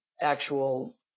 actual